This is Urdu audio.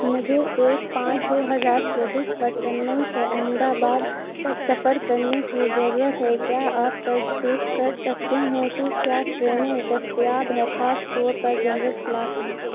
مجھے ایک پانچ دو ہزار چوبیس پر چنئی سے احمد آباد تک سفر کرنے کی ضرورت ہے کیا آپ تصدیق کر سکتے ہیں کہ کیا ٹرینیں دستیاب ہے خاص طور پر جنرل کلاس میں